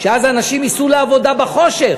שאז אנשים ייסעו לעבודה בחושך,